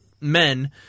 men